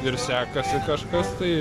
ir sekasi kažkas tai